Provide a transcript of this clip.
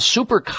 Super